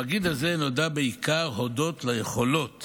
המגיד הזה נודע בעיקר הודות ליכולות